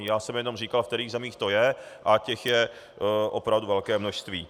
Já jsem jenom říkal, ve kterých zemích to je, a těch je opravdu velké množství.